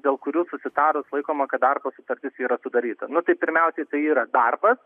dėl kurių susitarus laikoma kad darbo sutartis yra sudaryta nu tai pirmiausiai tai yra darbas